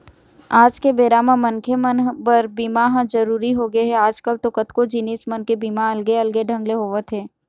आज के बेरा म मनखे मन बर बीमा ह जरुरी होगे हे, आजकल तो कतको जिनिस मन के बीमा अलगे अलगे ढंग ले होवत हे